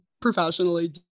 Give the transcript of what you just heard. professionally